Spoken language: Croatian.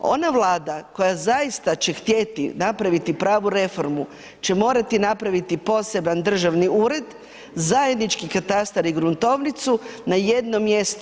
Ona Vlada koja zaista će htjeti napraviti pravu reformu će morati napraviti poseban državni ured, zajednički katastar i gruntovnicu na jedno mjesto.